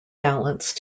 balance